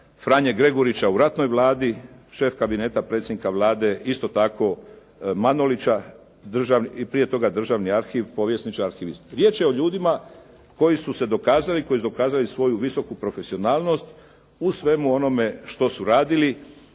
Franje Gregorića u ratnoj Vladi, šef kabineta predsjednika Vlade isto tako Manolića, prije toga državni arhiv, povjesničar arhivist. Riječ je o ljudima koji su se dokazali, koji su dokazali svoju visoku profesionalnost u svemu onome što su radili.